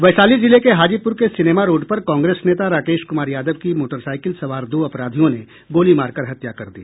वैशाली जिले के हाजीपुर के सिनेमा रोड पर कांग्रेस नेता राकेश कुमार यादव की मोटरसाईकल सवार दो अपराधियों ने गोली मारकर हत्या कर दी